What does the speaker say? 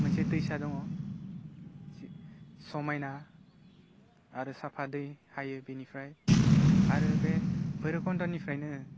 मोनसे दैसा दङ समायना आरो साफा दै हाइयो बिनिफ्राइ आरो बे भैरबकन्ध'निफ्रायनो